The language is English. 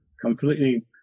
completely